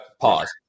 Pause